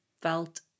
felt